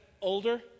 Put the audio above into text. older